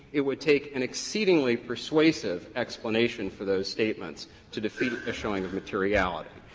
it would take an exceedingly persuasive explanation for those statements to defeat a showing of materiality.